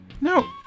No